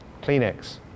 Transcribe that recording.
Kleenex